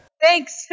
Thanks